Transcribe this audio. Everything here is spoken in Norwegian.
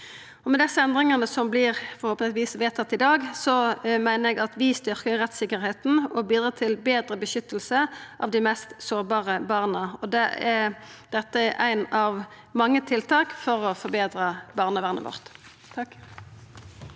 Med desse endringane som forhåpentlegvis vert vedtatt i dag, meiner eg vi styrkjer rettssikkerheita og bidreg til betre beskyttelse av dei mest sårbare barna. Dette er eit av mange tiltak for å forbetra barnevernet vårt.